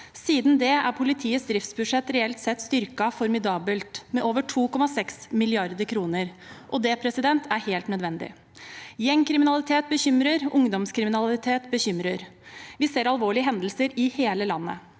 Siden det er politiets driftsbudsjett reelt sett styrket formidabelt, med over 2,6 mrd. kr, og det er helt nødvendig. Gjengkriminalitet bekymrer; ungdomskriminalitet bekymrer. Vi ser alvorlige hendelser i hele landet.